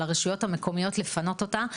על הרשויות המקוימות לפנות אותה,